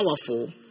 powerful